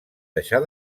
deixar